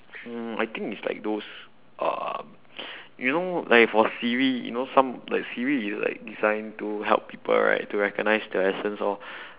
hmm I think it's like those uh you know like for siri you know some like siri is like designed to help people right to recognize their accents all